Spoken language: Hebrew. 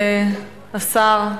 השר,